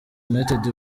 united